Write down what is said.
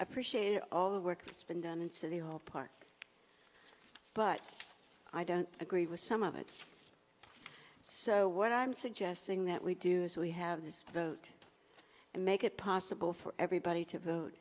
appreciating all the work that's been done in city hall park but i don't agree with some of it so what i'm suggesting that we do is we have this vote and make it possible for everybody to vote